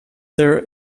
there